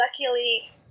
luckily